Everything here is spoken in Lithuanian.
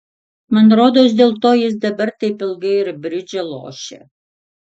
man rodos dėl to jis dabar taip ilgai ir bridžą lošia